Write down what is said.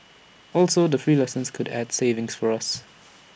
also the free lessons could add savings for us